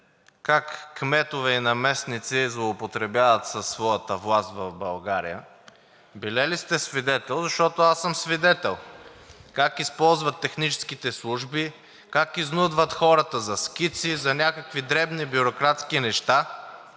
как кметове и наместници злоупотребяват със своята власт в България? Били ли сте свидетел, защото аз съм свидетел как използват техническите служби, как изнудват хората за скици, за някакви дребни бюрократски неща.